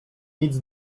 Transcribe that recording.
nic